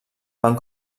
van